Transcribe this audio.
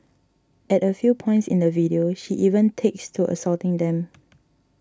at a few points in the video she even takes to assaulting them